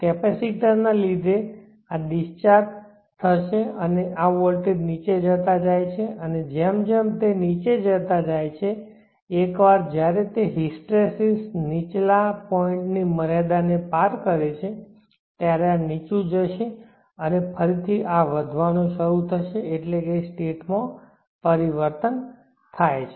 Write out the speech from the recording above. કેપેસિટરને લીધે આ ડિસ્ચાર્જ થશે અને આ વોલ્ટેજ નીચે જતા જાય છે અને જેમ જેમ તે નીચે જતા જાય છે એકવાર જયારે તે હિસ્ટ્રેસીસ નીચલા પોઇન્ટ ની મર્યાદાને પાર કરે છે ત્યારે આ નીચું જશે અને ફરીથી આ વધવાનું શરૂ થશે કારણ કે સ્ટેટ માં પરિવર્તન થાય છે